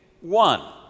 one